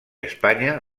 espanya